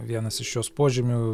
vienas iš jos požymių